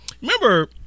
remember